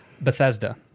Bethesda